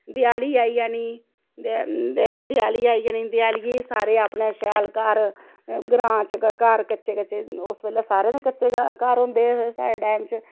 देआली आई जानी ते देआली आई जानी देआली गी सारें अपनी शैल घर ग्रांऽ च घर कच्चे कच्चे उस बेल्लै सारें दे कच्चे घर होंदे हे साढ़े टाइम च